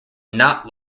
not